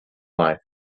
life